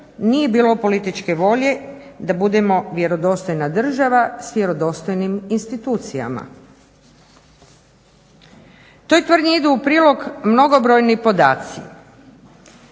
nije bilo političke volje da budemo vjerodostojna država s vjerodostojnim institucijama. Toj tvrdnji idu u prilog mnogobrojni podaci.